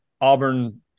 Auburn